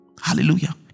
Hallelujah